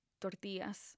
tortillas